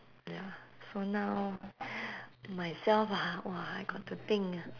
ya so now myself ah !wah! I got to think